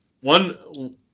one